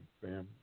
family